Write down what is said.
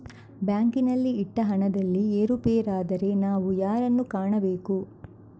ಬ್ಯಾಂಕಿನಲ್ಲಿ ಇಟ್ಟ ಹಣದಲ್ಲಿ ಏರುಪೇರಾದರೆ ನಾವು ಯಾರನ್ನು ಕಾಣಬೇಕು?